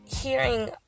hearing